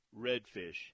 redfish